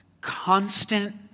constant